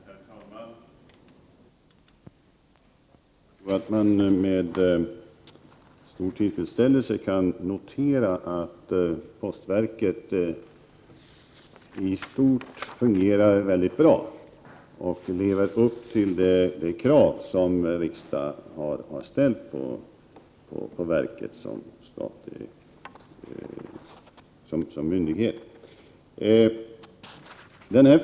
Herr talman! Jag tror att man med stor tillfredsställelse kan notera att postverket i stort fungerar mycket bra och lever upp till de krav som riksdagen har ställt på verket såsom statlig myndighet.